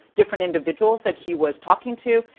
different individuals that he was talking to,